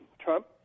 Trump